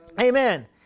Amen